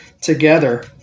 together